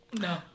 No